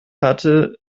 hatte